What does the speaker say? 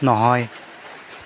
নহয়